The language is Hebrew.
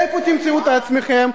איפה תמצאו את עצמכם,